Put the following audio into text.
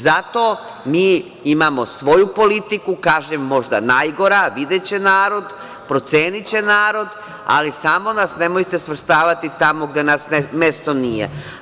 Zato mi imamo svoju politiku, kažem možda najgora, videće narod, proceniće narod, ali samo nas nemojte svrstavati tamo gde nam mesto nije.